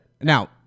Now